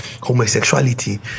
Homosexuality